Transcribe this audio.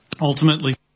Ultimately